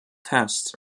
tests